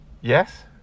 Yes